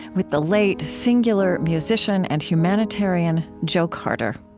with the late, singular musician and humanitarian joe carter